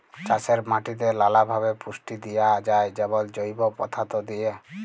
চাষের মাটিতে লালাভাবে পুষ্টি দিঁয়া যায় যেমল জৈব পদাথ্থ দিঁয়ে